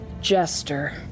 Jester